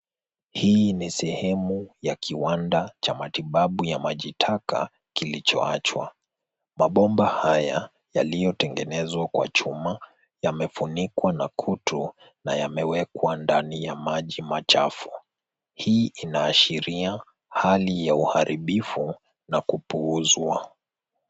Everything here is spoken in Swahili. Hii ni sehemu ya kiwanda cha matibabu ya maji taka kilichoachwa. Mabomba haya yaliyotengenezwa kwa chuma, yamefunikwa na kutu na yamewekwa ndani ya maji machafu. Hii inaashiria hali ya uharibifu na kupuuzwa.